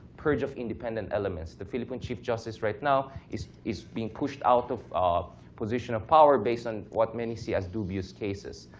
purge of independent elements. the philippine chief justice right now is is being pushed out of of position of power based on what many see as dubious cases.